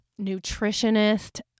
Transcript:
nutritionist